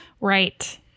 Right